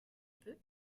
peu